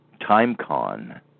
TimeCon